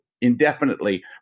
indefinitely